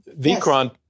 Vikrant